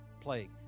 plague